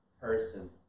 person